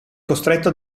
costretto